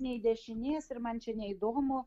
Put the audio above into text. nei dešinės ir man čia neįdomu